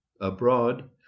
abroad